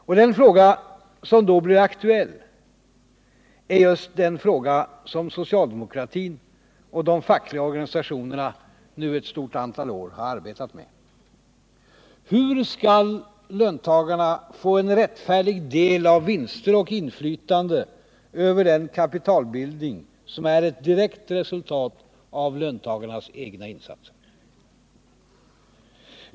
Och den fråga som då blir aktuell är just den fråga som socialdemokratin och de fackliga organisationerna nu ett stort antal år har arbetat med: Hur skall löntagarna få en rättfärdig del av vinster och inflytande över den kapitalbildning som är ett direkt resultat av löntagarnas egna insatser?